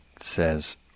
says